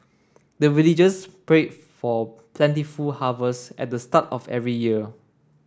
the villagers pray for plentiful harvest at the start of every year